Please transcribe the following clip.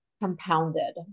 compounded